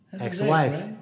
Ex-wife